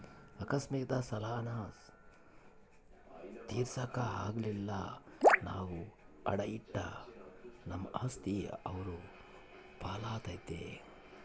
ಅಕಸ್ಮಾತ್ ಸಾಲಾನ ತೀರ್ಸಾಕ ಆಗಲಿಲ್ದ್ರ ನಾವು ಅಡಾ ಇಟ್ಟ ನಮ್ ಆಸ್ತಿ ಅವ್ರ್ ಪಾಲಾತತೆ